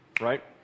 right